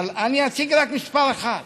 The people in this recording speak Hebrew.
אני אציג רק את מספר אחת.